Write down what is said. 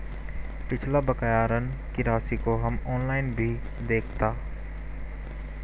पिछला बकाया ऋण की राशि को हम ऑनलाइन भी देखता